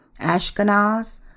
Ashkenaz